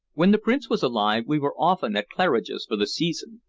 when the prince was alive, we were often at claridge's for the season.